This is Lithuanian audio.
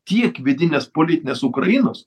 tiek vidinės politinės ukrainos